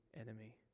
enemy